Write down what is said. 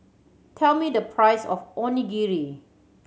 tell me the price of Onigiri